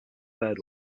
bird